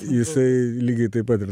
jisai lygiai taip pat ir